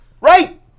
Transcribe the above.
right